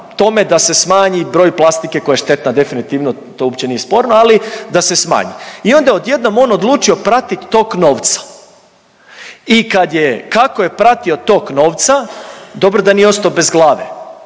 tome da se smanji broj plastike koja je štetna definitivno, to uopće nije sporno ali da se smanji. I onda je odjednom on odlučio pratit tok novca. I kad je kako je pratio tok novca, dobro da nije ostao bez glave.